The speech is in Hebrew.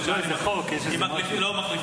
הוא שאל אם לא מחליפים,